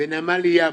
בנמל יפו,